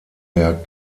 der